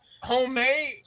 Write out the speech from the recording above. homemade